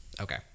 Okay